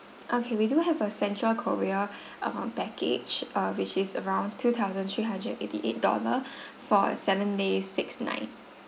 okay we do have a central korea err package uh which is around two thousand three hundred eighty eight dollar for seven days six nights